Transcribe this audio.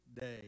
day